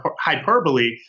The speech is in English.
hyperbole